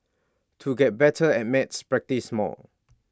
to get better at maths practise more